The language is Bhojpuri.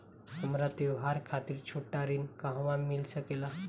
हमरा त्योहार खातिर छोटा ऋण कहवा मिल सकेला?